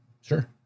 Sure